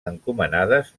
encomanades